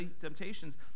temptations